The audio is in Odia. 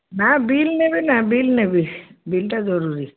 ନା ବିଲ୍ ନେବି ନା ବିଲ୍ ନେବି ବିଲ୍ଟା ଜରୁରୀ